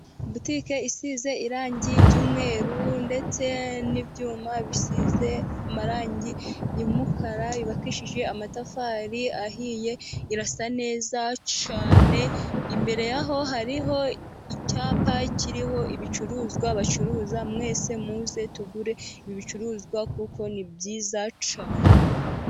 Butike isize irangi ry'umweru , ndetse n'ibyuma bisize amarangi y'umukara, yubakishije amatafari ahiye irasa neza cyane . Imbere yaho hari icyapa kiriho ibicuruzwa bacuruza, mwese muze tugure ibicuruzwa kuko ni byiza cyane.